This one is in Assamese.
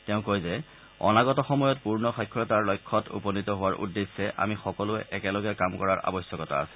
তেওঁ কয় যে অনাগত সময়ত পূৰ্ণ সাক্ষৰতাৰ লক্ষ্যত উপনীত হোৱাৰ উদ্দেশ্যে আমি সকলোৱে একেলগে কাম কৰা আৱশ্যকতা আছে